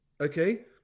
okay